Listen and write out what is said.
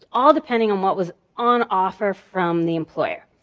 all depending on what was on offer from the employer.